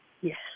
Yes